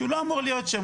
שהוא לא אמור להיות שם.